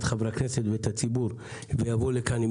את חברי הכנסת ואת הציבור ויבוא לכאן עם